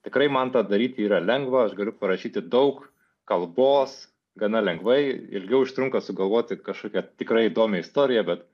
tikrai man tą daryti yra lengva aš galiu parašyti daug kalbos gana lengvai ilgiau užtrunka sugalvoti kažkokią tikrai įdomią istoriją bet